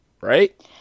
Right